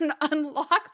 unlock